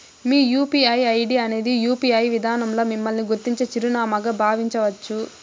మీ UPI ID అనేది UPI విదానంల మిమ్మల్ని గుర్తించే చిరునామాగా బావించచ్చు